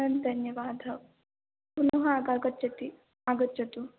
महान् धन्यवादः पुनः आगच्छति आगच्छतु